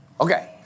Okay